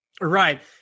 Right